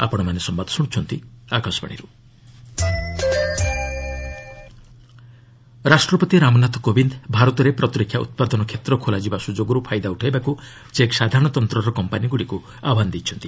president ଚେକ୍ ରାଷ୍ଟ୍ରପତି ରାମନାଥ କୋବିନ୍ଦ ଭାରତରେ ପ୍ରତିରକ୍ଷା ଉତ୍ପାଦନ କ୍ଷେତ୍ର ଖୋଲାଯିବା ସୁଯୋଗରୁ ସଫାଇଦା ଉଠାଇବାକୁ ଚେକ୍ ସାଧାରଣତନ୍ତ୍ରର କମ୍ପାନୀଗୁଡ଼ିକୁ ଆହ୍ୱାନ ଦେଇଛନ୍ତି